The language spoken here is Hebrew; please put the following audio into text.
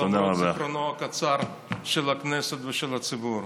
למרות זיכרונם הקצר של הכנסת ושל הציבור.